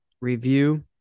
review